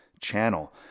channel